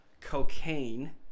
Cocaine